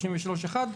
33(1),